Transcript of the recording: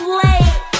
late